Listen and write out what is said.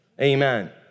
amen